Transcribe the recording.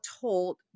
told